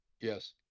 Yes